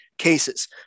Cases